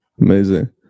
Amazing